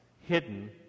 hidden